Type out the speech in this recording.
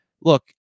Look